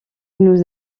nous